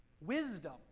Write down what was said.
Wisdom